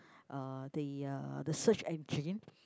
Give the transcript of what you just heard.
uh they uh the search engine